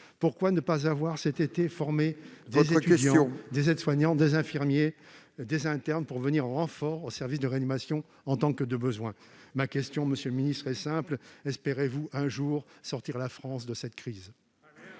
Veuillez poser votre question !... des étudiants, des aides-soignants, des infirmiers, des internes pour venir en renfort dans les services de réanimation en tant que de besoin ? Ma question, monsieur le ministre, est simple : espérez-vous sortir un jour la France de cette crise ?